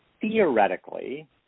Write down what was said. theoretically